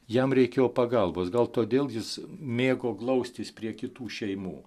jam reikėjo pagalbos gal todėl jis mėgo glaustis prie kitų šeimų